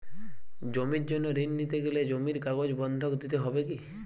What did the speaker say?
জমির জন্য ঋন নিতে গেলে জমির কাগজ বন্ধক দিতে হবে কি?